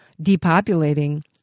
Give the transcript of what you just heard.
depopulating